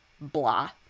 blah